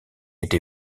été